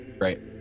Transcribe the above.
Right